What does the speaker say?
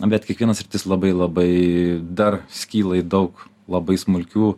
na bet kiekviena sritis labai labai dar skyla į daug labai smulkių